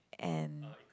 and